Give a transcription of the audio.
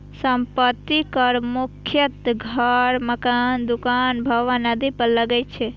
संपत्ति कर मुख्यतः घर, मकान, दुकान, भवन आदि पर लागै छै